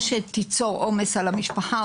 או שתיצור עומס על המשפחה,